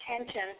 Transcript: attention